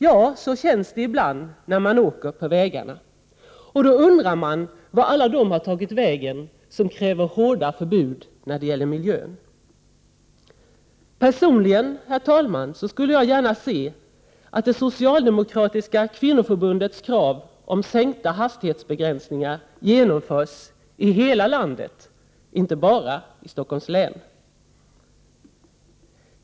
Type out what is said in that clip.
Ja, så känns det ibland när man åker på vägarna, och då undrar man vart alla de har tagit vägen som kräver hårdare förbud när det gäller miljön. Personligen, herr talman, skulle jag gärna se att det socialdemokratiska kvinnoförbundets krav om sänkta hastighetsgränser genomförs i hela landet, inte bara i Stockholms län.